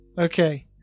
Okay